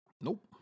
Nope